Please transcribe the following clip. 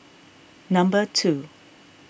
number two